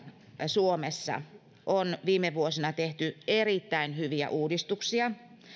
suomessa on viime vuosina tehty erittäin hyviä uudistuksia